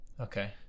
Okay